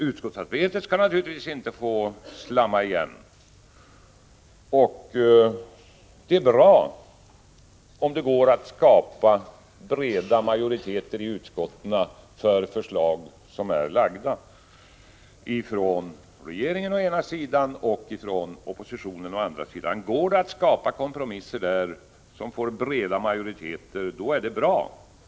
Utskottsarbetet skall naturligtvis inte få ”slamma igen”. Det är bra om det går att skapa breda majoriteter i utskotten för förslag från regeringen å ena sidan och oppositionen å andra sidan. Går det att skapa kompromisser där som får breda majoriteter, då är det bra.